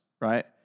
right